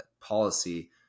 policy